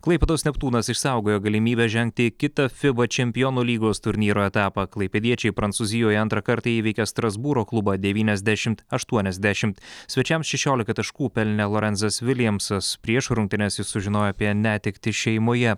klaipėdos neptūnas išsaugojo galimybę žengti į kitą fiba čempionų lygos turnyro etapą klaipėdiečiai prancūzijoje antrą kartą įveikė strasbūro klubą devyniasdešimt aštuoniasdešimt svečiams šešiolika taškų pelnė lorenzas viljamsas prieš rungtynes jis sužinojo apie netektį šeimoje